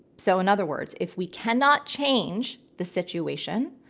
so in other words, if we cannot change the situation,